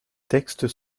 textes